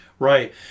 Right